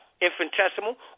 infinitesimal